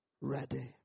ready